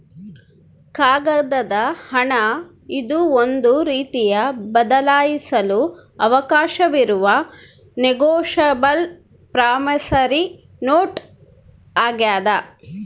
ಕಾಗದದ ಹಣ ಇದು ಒಂದು ರೀತಿಯ ಬದಲಾಯಿಸಲು ಅವಕಾಶವಿರುವ ನೆಗೋಶಬಲ್ ಪ್ರಾಮಿಸರಿ ನೋಟ್ ಆಗ್ಯಾದ